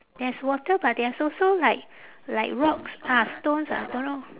there's water but there's also like like rocks ah stones ah don't know